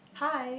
hi